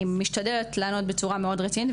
אני משתדלת לענות בצורה מאוד רצינית,